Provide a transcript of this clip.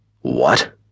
What